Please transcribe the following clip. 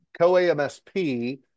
CoAMSP